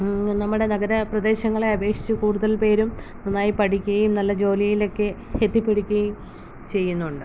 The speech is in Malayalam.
നമ്മുടെ നഗര പ്രദേശങ്ങളെ അപേഷിച്ച് കൂടുതൽ പേരും നന്നായി പഠിക്കുകയും നല്ല ജോലിയിലൊക്കെ എത്തിപ്പിടിക്കുകയും ചെയ്യുന്നുണ്ട്